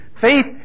Faith